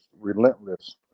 relentless